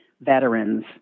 veterans